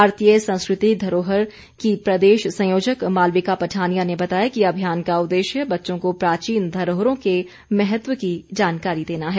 भारतीय संस्कृति धरोहर की प्रदेश संयोजक मालविका पठानिया ने बताया कि अभियान का उद्श्य बच्चों को प्राचीन धरोहरों के महत्व की जानकारी देना है